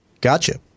Gotcha